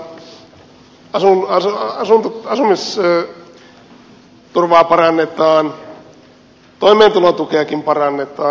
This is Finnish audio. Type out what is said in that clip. työttömyysturvaa parannetaan asumisturvaa parannetaan toimeentulotukeakin parannetaan